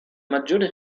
maggiore